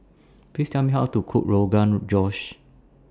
Please Tell Me How to Cook Rogan Josh